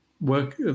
work